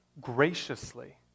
graciously